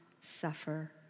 suffer